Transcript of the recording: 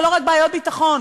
ולא רק בעיות ביטחון,